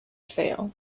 fail